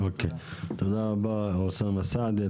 אוקיי, תודה רבה אוסאמה סעדי.